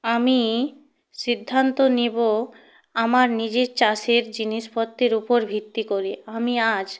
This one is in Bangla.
আমি সিদ্ধান্ত নেব আমার নিজের চাষের জিনিসপত্রের উপর ভিত্তি করে আমি আজ